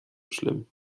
schlimm